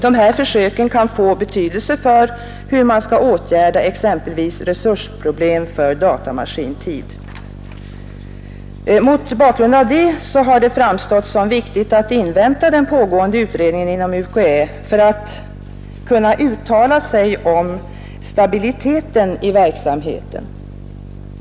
De här försöken kan få betydelse för hur man skall åtgärda exempelvis resursproblem för datamaskintid. Mot bakgrund härav har det framstått som viktigt att invänta den pågående utredningen inom UKÄ för att man skall kunna uttala sig om stabiliteten i verksamheten.